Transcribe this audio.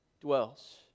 dwells